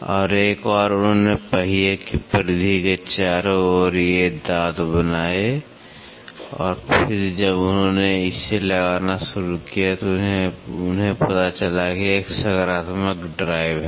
और एक बार उन्होंने पहिये की परिधि के चारों ओर ये दांत बनाए और फिर जब उन्होंने इसे लगाना शुरू किया तो उन्हें पता चला कि एक सकारात्मक ड्राइव है